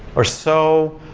or so.